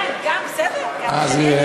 כן, גם זה שלי, אני גאה.